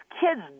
kids